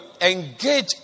engage